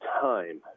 time